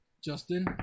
Justin